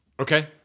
okay